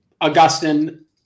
Augustine